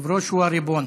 היושב-ראש הוא הריבון.